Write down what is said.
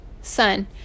son